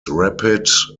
rapid